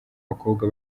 bakobwa